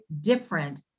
different